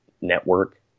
network